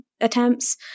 attempts